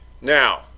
Now